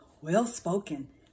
well-spoken